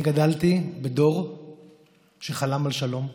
אני גדלתי בדור שחלם על שלום.